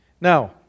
Now